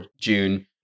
june